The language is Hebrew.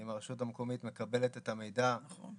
אם הרשות המקומית מקבלת את המידע אחת